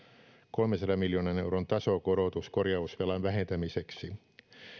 kolmensadan miljoonan euron tasokorotus korjausvelan vähentämiseksi